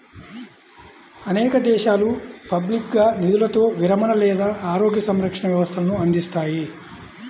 అనేక దేశాలు పబ్లిక్గా నిధులతో విరమణ లేదా ఆరోగ్య సంరక్షణ వ్యవస్థలను అందిస్తాయి